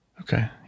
Okay